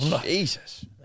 Jesus